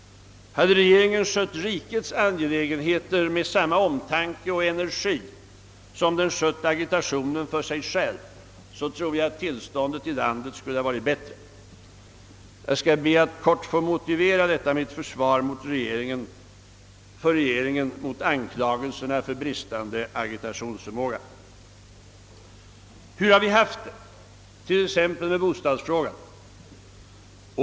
Hade regeringen skött rikets angelägenheter med samma omtanke och energi som den ägnat agitationen för sig själv, så tror jag att tillståndet i landet skulle ha varit bättre. Jag skall be att kortfattat få motivera detta mitt försvar för regeringen mot anklagelserna för bristande agitationsförmåga. Hur har vi haft det t.ex. med bostadsfrågan?